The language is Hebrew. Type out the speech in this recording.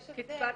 יש הבדל.